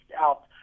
out